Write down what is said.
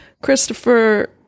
Christopher